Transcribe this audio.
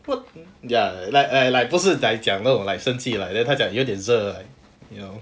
what the ya like like like 不是在讲那种 like 生气 lah then 他讲有点热 you know